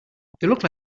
look